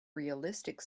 realistic